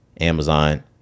Amazon